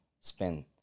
spend